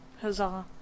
Huzzah